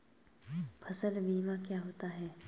फसल बीमा क्या होता है?